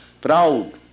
proud